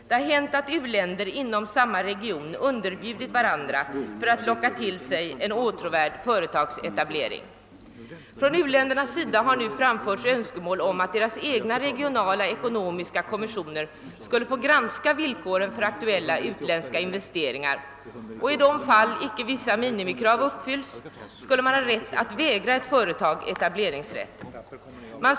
Det har hänt att u-länder inom samma region underbjudit varandra för att locka till sig etableringen av ett åtråvärt företag. Från u-ländernas sida har nu framförts önskemål om att deras egna regionala ekonomiska kommissioner skulle få granska villkoren för aktuella utländska investeringar, och i de fall där icke vissa minimikrav uppfylls skulle finnas möjlighet att vägra ett företag etableringsrätt.